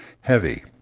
heavy